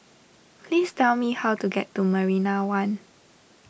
please tell me how to get to Marina one